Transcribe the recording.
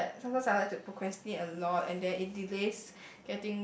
something that sometimes I like to procrastinate a lot and then it delays